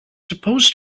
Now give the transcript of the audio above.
supposed